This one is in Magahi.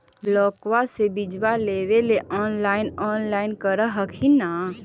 ब्लोक्बा से बिजबा लेबेले ऑनलाइन ऑनलाईन कर हखिन न?